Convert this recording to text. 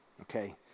okay